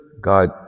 God